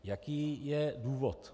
Jaký je důvod.